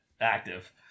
active